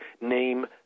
name